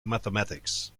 mathematics